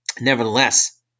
Nevertheless